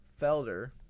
Felder